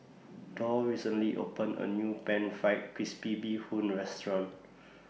Dorr recently opened A New Pan Fried Crispy Bee Hoon Restaurant